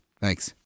Thanks